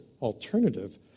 alternative